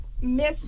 Miss